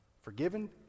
forgiven